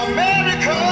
America